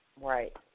Right